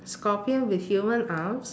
scorpion with human arms